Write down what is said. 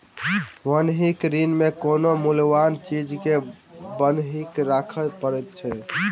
बन्हकी ऋण मे कोनो मूल्यबान चीज के बन्हकी राखय पड़ैत छै